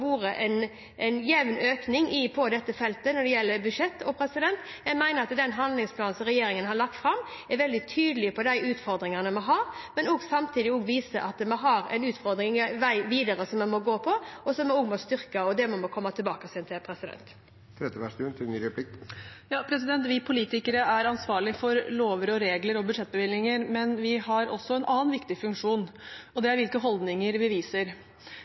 en jevn økning på dette feltet i budsjettet. Jeg mener at den handlingsplanen som regjeringen har lagt fram, er veldig tydelig på de utfordringene vi har, men samtidig også viser at vi har en vei videre som vi må gå, og som vi også må styrke. Det må vi komme tilbake til. Vi politikere er ansvarlig for lover, regler og budsjettbevilgninger, men vi har også en annen viktig funksjon: hvilke holdninger vi viser. Vi vet at det å gå i parade har vært historisk viktig, og er